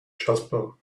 jasper